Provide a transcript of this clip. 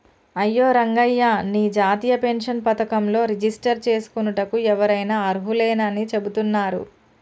అయ్యో రంగయ్య నీ జాతీయ పెన్షన్ పథకంలో రిజిస్టర్ చేసుకోనుటకు ఎవరైనా అర్హులేనని చెబుతున్నారు